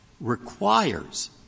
requires